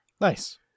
nice